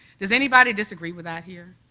does anybody disagree with that here?